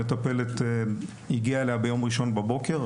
המטפלת הגיעה אליה ביום ראשון בבוקר,